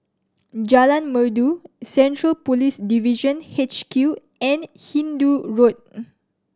Jalan Merdu Central Police Division H Q and Hindoo Road